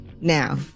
now